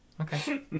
Okay